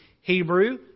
Hebrew